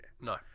No